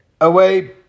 away